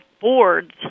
boards